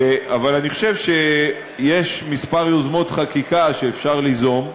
אבל אני חושב שיש כמה יוזמות חקיקה שאפשר ליזום,